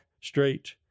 straight